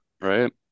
right